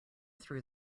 threw